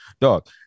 Dog